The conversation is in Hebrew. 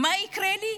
מה יקרה לי?